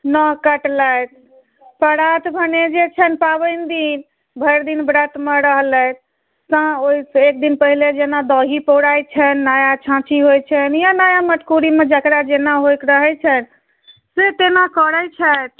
नह कटलथि परात भेने जे छनि पाबनि दिन भरि दिन व्रतमे रहलथि साँ ओहिसँ एक दिन पहिले जेना दही पौराइत छनि नया छाँछी होइत छै या नया मटकुरीमे जकरा जेना होइक रहै छनि से तेना करैत छथि